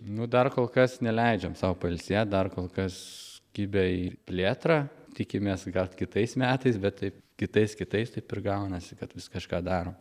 nu dar kol kas neleidžiam sau pailsėt dar kol kas kibę į plėtrą tikimės gal kitais metais bet taip kitais kitais taip ir gaunasi kad vis kažką darom